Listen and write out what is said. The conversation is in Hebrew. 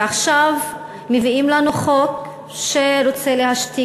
ועכשיו מביאים לנו חוק שרוצה להשתיק